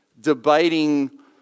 debating